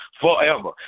forever